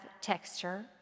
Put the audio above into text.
texture